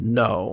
no